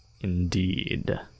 Indeed